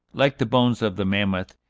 like the bones of the mammoth,